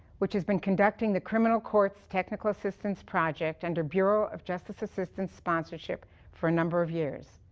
which has been conducting the criminal courts technical assistance project under bureau of justice assistance sponsorship for a number of years.